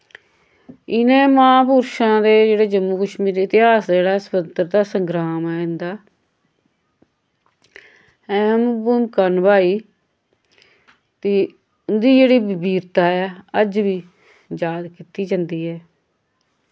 इनैं महापुरशैं दे जेह्ड़े जम्मू कश्मीर इतिहास जेह्ड़ा स्वतंत्रता संग्राम ऐ इंदा ऐह्म भुमका नभाई ते इंदी जेह्ड़ी वीरता ऐ अज वी जाद कीती जंदी ऐ